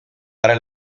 para